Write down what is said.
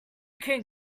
can